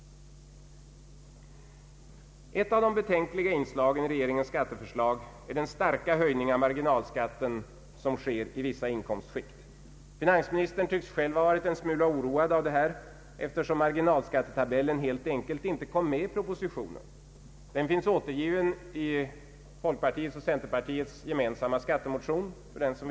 Ett av de betänkliga inslagen i regeringens skatteförslag är den starka höjning av marginalskatten som sker i vissa inkomstskikt. Finansministern tycks själv ha varit en smula oroad av detta faktum, eftersom marginalskattetabellen helt enkelt inte kom med i propositionen. Den finns emellertid återgiven i folkpartiets och centerpartiets gemensamma skattemotion.